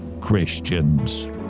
Christians